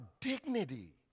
dignity